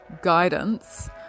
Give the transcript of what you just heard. guidance